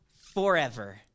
forever